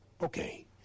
okay